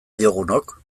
diogunok